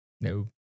No